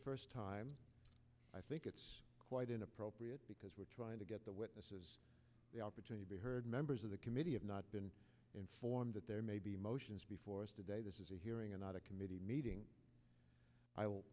first time i think it's quite inappropriate because we're trying to get the witnesses the opportunity to be heard members of the committee have not been informed that there may be motions before us today this is a hearing and not a committee meeting i will